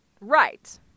right